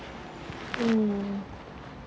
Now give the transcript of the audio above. mm